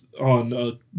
on